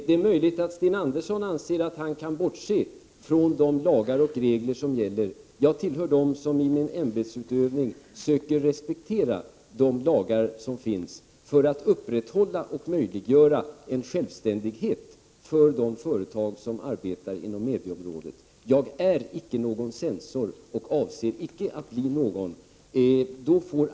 Det är möjligt att Sten Andersson anser att han kan bortse från de lagar och regler som gäller; jag tillhör dem som i sin ämbetsutövning söker respektera de lagar som finns för att upprätthålla och möjliggöra en självständighet för de företag som arbetar inom mediaområdet. Jag är icke någon censor och avser icke att bli någon.